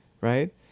right